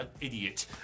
Idiot